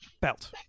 Belt